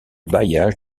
bailliage